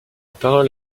parole